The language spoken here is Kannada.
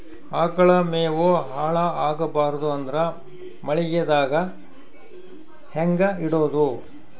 ಆಕಳ ಮೆವೊ ಹಾಳ ಆಗಬಾರದು ಅಂದ್ರ ಮಳಿಗೆದಾಗ ಹೆಂಗ ಇಡೊದೊ?